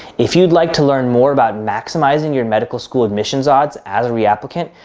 if you'd like to learn more about maximizing your and medical school admissions odds as a reapplicant,